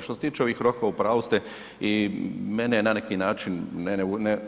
Što se tiče ovih rokova, u pravu ste i mene na neki način